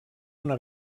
una